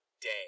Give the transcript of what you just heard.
day